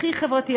הכי חברתי,